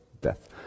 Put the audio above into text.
death